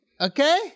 Okay